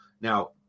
Now